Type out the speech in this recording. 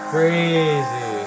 Crazy